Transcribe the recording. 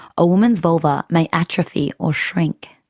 a woman's vulva may atrophy or shrink.